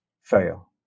fail